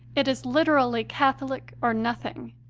it is literally catholic, or nothing.